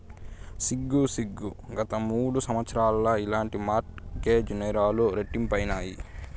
సిగ్గు సిగ్గు, గత మూడు సంవత్సరాల్ల ఇలాంటి మార్ట్ గేజ్ నేరాలు రెట్టింపైనాయి